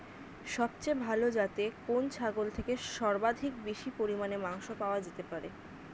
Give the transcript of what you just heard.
সবচেয়ে ভালো যাতে কোন ছাগল থেকে সর্বাধিক বেশি পরিমাণে মাংস পাওয়া যেতে পারে?